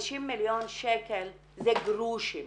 50 מיליון שקל זה גרושים